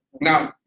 Now